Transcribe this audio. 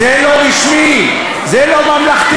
זה לא רשמי, זה לא ממלכתי.